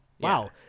wow